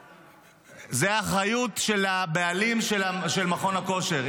האחריות של הבעלים של מכון הכושר.